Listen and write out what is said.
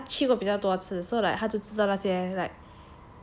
cause my friend like 她去过比较多次 so like 她就知道那些 like